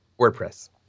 wordpress